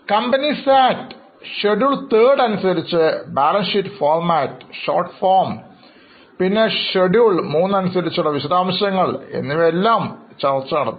company Act schedule III അനുസരിച്ച് balance sheet format പിന്നെഷെഡ്യൂൾ 3 അനുസരിച്ചുള്ള വിശദാംശങ്ങളും ചർച്ച ചെയ്തു